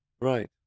Right